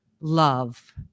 love